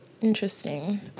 Interesting